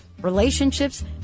relationships